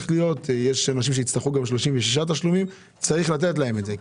יש אנשים שיצטרכו גם 36 תשלומים וצריך לתת להם את זה.